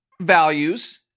values